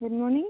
good morning